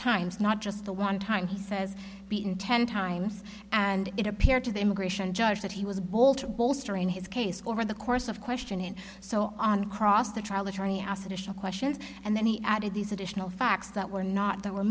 times not just the one time he says beaten ten times and it appeared to the immigration judge that he was a bolter bolstering his case over the course of questioning so on cross the trial attorney asked additional questions and then he added these additional facts that were not that were